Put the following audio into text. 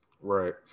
right